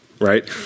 right